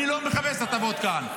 אני לא מחפש הטבות כאן.